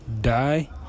die